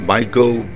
Michael